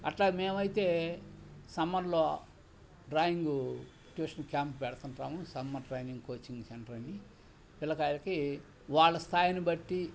అట్లా మేమైతే సమ్మర్లో డ్రాయింగు ట్యూషన్ క్యాంప్ పెడుతుంటాము సమ్మర్ ట్రైనింగ్ కోచింగ్ సెంటర్ని పిల్లకాయలకి వాళ్ళ స్థాయిని బట్టి